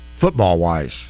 football-wise